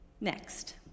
Next